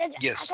Yes